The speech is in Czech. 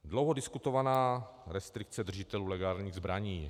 Dlouho diskutovaná restrikce držitelů legálních zbraní.